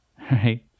right